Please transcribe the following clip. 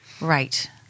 right